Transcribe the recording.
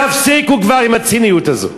תפסיקו כבר עם הציניות הזאת.